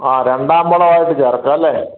ആ രണ്ടാം വളമായിട്ട് ചേർക്കാം അല്ലേ